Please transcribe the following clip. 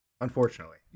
Unfortunately